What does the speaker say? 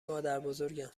مادربزرگم